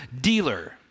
dealer